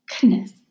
Goodness